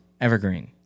Evergreen